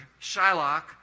Shylock